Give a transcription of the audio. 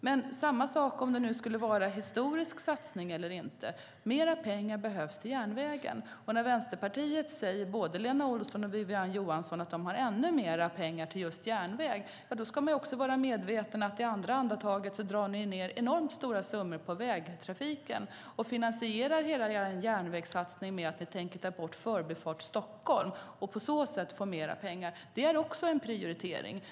Det är samma sak om det är en historisk satsning eller inte: Mer pengar behövs till järnvägen. När Vänsterpartiet - både Lena Olsson och Wiwi-Anne Johansson - säger att de har ännu mer pengar till just järnväg ska man vara medveten om att de i nästa andetag drar ned på vägtrafiken med enormt stora summor. Ni tänker finansiera hela er järnvägssatsning genom att ta bort Förbifart Stockholm och på så sätt få mer pengar. Det är också en prioritering.